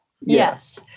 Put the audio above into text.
Yes